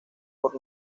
por